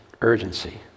urgency